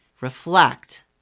reflect